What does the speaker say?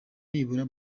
nibura